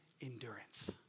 endurance